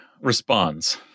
responds